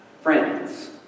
friends